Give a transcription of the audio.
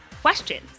questions